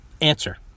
Answer